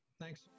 Thanks